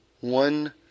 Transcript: one